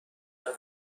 عادت